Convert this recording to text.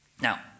Now